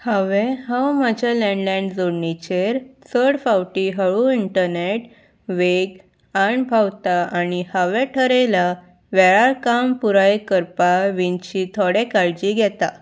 हांवें हांव म्हज्या लॅन्डलायन जोडणीचेर चड फावटी हळू इंटरनॅट वेग अणभवतां आणी हांवें थारयलां वेळार काम पुराय करपा विशीं थोडी काळजी घेता